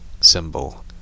symbol